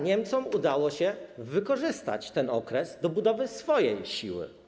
Niemcom udało się za to wykorzystać ten okres do budowy swojej siły.